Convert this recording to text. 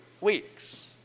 weeks